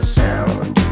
sound